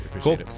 Cool